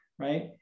right